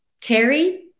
Terry